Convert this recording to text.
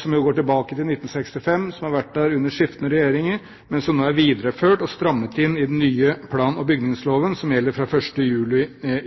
som jo går tilbake til 1965, og som har vært der under skiftende regjeringer, men som nå er videreført og strammet inn i den nye plan- og bygningsloven, som tok til å gjelde fra 1. juli